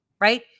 right